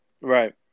Right